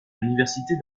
l’université